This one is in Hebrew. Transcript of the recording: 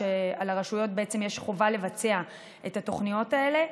שחובה על הרשויות לבצע את התוכניות האלה,